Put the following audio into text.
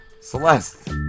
Celeste